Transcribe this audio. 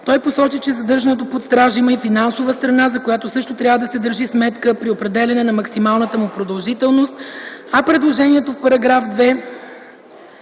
Той посочи, че задържането под стража има и финансова страна, за която също трябва да се държи сметка при определяне на максималната му продължителност. А предложението в § 2